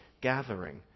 gathering